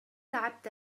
لعبت